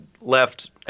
left